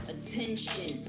Attention